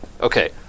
Okay